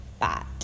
bad